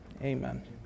Amen